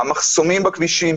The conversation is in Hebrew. המחסומים בכבישים,